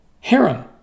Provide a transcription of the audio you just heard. harem